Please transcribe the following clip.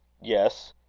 yes.